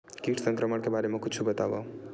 कीट संक्रमण के बारे म कुछु बतावव?